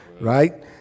Right